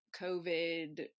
COVID